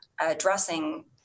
addressing